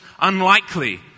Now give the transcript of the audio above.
unlikely